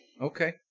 Okay